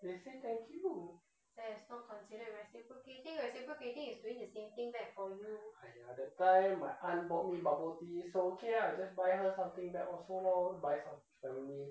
they say thank you !aiya! that time my aunt bought me bubble tea so okay ah I just buy her something back also lor buy something for your family